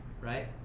right